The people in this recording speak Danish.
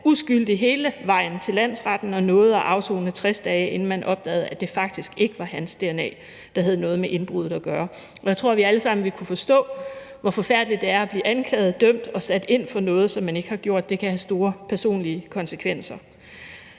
uskyldig hele vejen til landsretten og nåede at afsone 60 dage, inden man opdagede, at det faktisk ikke var hans dna og altså ikke ham, der havde noget med indbruddet at gøre. Og jeg tror, vi alle sammen vil kunne forstå, hvor forfærdeligt det er at blive anklaget, dømt og blive sat i fængsel for noget, som man ikke har gjort. Det kan have store personlige konsekvenser.